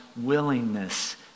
willingness